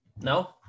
No